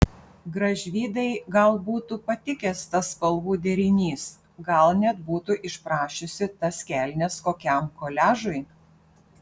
gražvydai gal būtų patikęs tas spalvų derinys gal net būtų išprašiusi tas kelnes kokiam koliažui